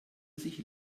sich